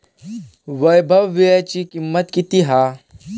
वैभव वीळ्याची किंमत किती हा?